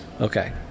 okay